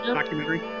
documentary